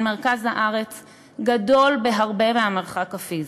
מרכז הארץ גדול בהרבה מהמרחק הפיזי.